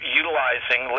utilizing